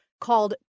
called